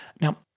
Now